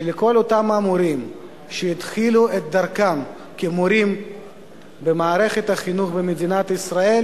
כל אותם המורים שהתחילו את דרכם כמורים במערכת החינוך במדינת ישראל,